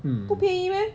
不便宜 meh